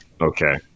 Okay